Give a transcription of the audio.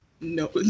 No